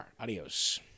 Adios